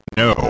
no